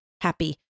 happy